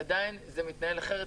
עדיין, זה מתנהל אחרת.